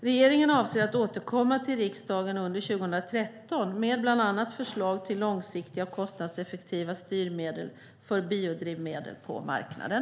Regeringen avser att återkomma till riksdagen under 2013 med bland annat förslag till långsiktiga och kostnadseffektiva styrmedel för biodrivmedel på marknaden.